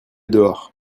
dehors